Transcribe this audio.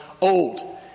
old